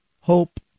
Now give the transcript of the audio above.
Hope